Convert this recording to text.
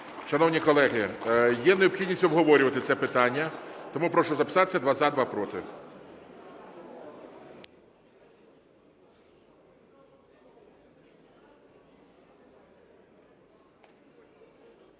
Шановні колеги, є необхідність обговорювати це питання, тому прошу записатися: два – за, два – проти.